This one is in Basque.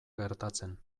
gertatzen